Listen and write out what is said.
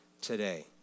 today